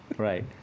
Right